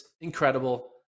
incredible